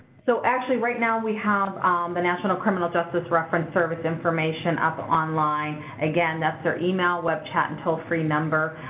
so actually right now we have the national criminal justice reference service information up online. again that's their email, web chat, and toll-free number.